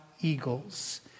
eagles